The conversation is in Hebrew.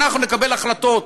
אנחנו נקבל החלטות,